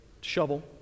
Shovel